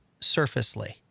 surfacely